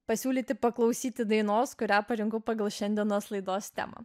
pasiūlyti paklausyti dainos kurią parinkau pagal šiandienos laidos temą